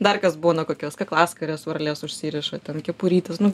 dar kas būna kokios kaklaskarės varlės užsiriša ten kepurytes nu